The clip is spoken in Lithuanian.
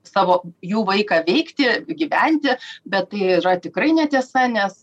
savo jų vaiką veikti gyventi bet tai yra tikrai netiesa nes